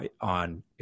on